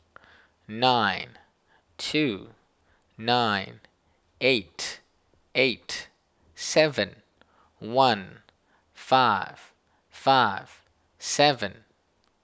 nine two nine eight eight seven one five five seven